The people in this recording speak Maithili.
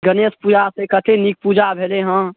गणेश पूजा से कते नीक पूजा भेलै हँ